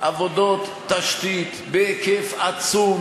עבודות תשתית בהיקף עצום,